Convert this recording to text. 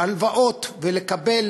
הלוואות ולקבל